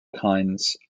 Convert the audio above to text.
kinds